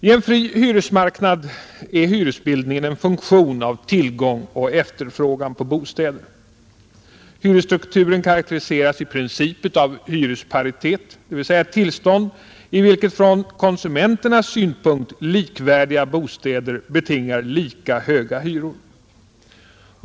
I en fri hyresmarknad är hyresbildningen en funktion av tillgång och efterfrågan på bostäder. Hyresstrukturen karakteriseras i princip av hyresparitet, dvs. ett tillstånd i vilket från konsumenternas synpunkt likvärdiga bostäder betingar lika höga hyror.